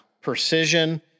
precision